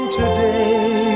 today